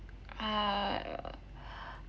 err